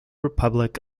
republic